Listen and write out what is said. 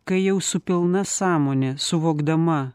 kai jau su pilna sąmone suvokdama